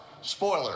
spoiler